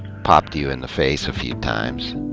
popped you in the face a few times.